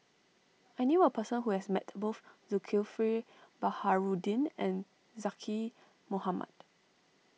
I knew a person who has met both Zulkifli Baharudin and Zaqy Mohamad